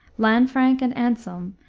lanfranc and anselm,